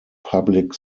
public